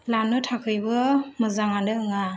लानो थाखायबो मोजाङानो नङा